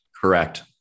Correct